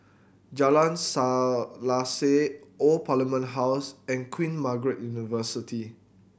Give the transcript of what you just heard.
Jalan Selaseh Old Parliament House and Queen Margaret University